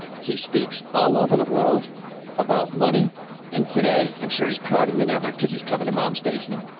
he speaks all over the world about money and today i'm sure he's proud of the never because he's coming to mom's basement.